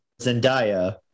Zendaya